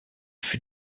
fut